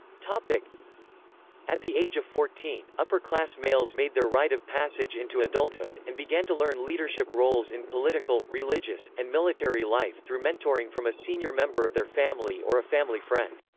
like at the age of fourteen, upperclass males made their rite of passage into adulthood, and began to learn leadership roles in political, religious, and military life through mentoring from a senior member of their family or a family friend.